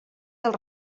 del